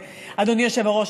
אדוני היושב-ראש,